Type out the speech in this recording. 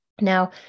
Now